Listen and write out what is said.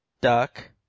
duck